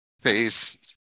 face